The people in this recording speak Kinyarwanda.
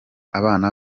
abana